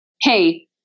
hey